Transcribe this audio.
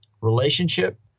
relationship